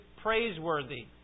praiseworthy